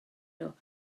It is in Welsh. nhw